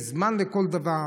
יש זמן לכל דבר.